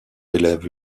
élèves